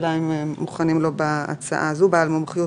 השאלה אם מוכנים לו בהצעה הזו בעל מומחיות